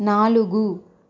నాలుగు